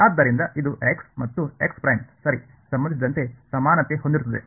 ಆದ್ದರಿಂದ ಇದು x ಮತ್ತು ಸರಿ ಸಂಬಂಧಿಸಿದಂತೆ ಸಮಾನತೆ ಹೊಂದಿರುತ್ತದೆ